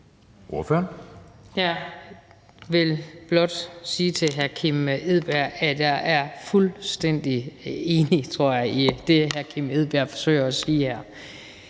Jeg vil blot sige til hr. Kim Edberg Andersen, at jeg tror, jeg er fuldstændig enig i det, hr. Kim Edberg Andersen forsøger at sige her.